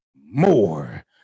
more